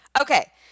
Okay